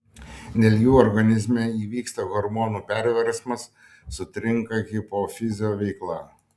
dėl jų organizme įvyksta hormonų perversmas sutrinka hipofizio veikla